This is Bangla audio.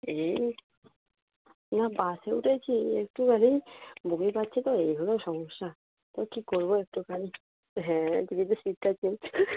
এই না বাসে উঠেছি একটু বাদেই বমি পাচ্ছে তো ওই জন্যে সমস্যা তো কি করবো একটুখানি হ্যাঁ যদি সিটটা চেঞ্জ করে